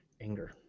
anger